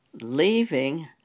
leaving